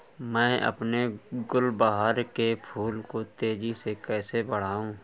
मैं अपने गुलवहार के फूल को तेजी से कैसे बढाऊं?